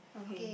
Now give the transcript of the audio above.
okay